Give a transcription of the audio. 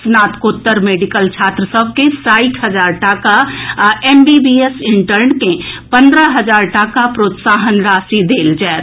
स्नातकोत्तर मेडिकल छात्र सभ के साठि हजार टाका आ एमबीबीएस इंटर्न के पंद्रह हजार टाका प्रोत्साहन राशि देल जायत